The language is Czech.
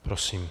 Prosím.